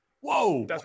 Whoa